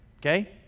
okay